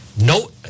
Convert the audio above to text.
No